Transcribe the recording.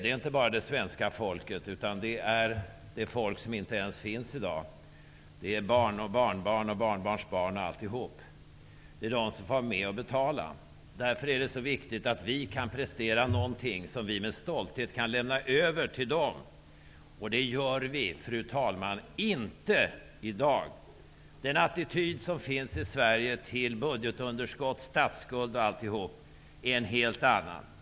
Det är inte bara det svenska folket som betalar, utan det är det svenska folk som inte ens finns i dag -- även barn, barnbarn och barnbarns barn får vara med och betala. Därför är det så viktigt att vi kan prestera någonting som vi med stolthet kan lämna över till dem, och det gör vi inte i dag, fru talman. Den attityd som finns i Sverige till budgetunderskott, statsskuld och alltihop är en helt annan.